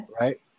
right